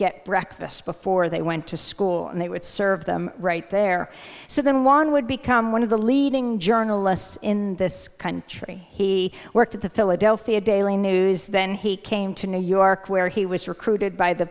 get breakfast before they went to school and they would serve them right there so then one would become one of the leading journalists in this country he worked at the philadelphia daily news then he came to new york where he was recruited by the